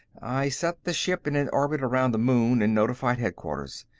i set the ship in an orbit around the moon and notified headquarters.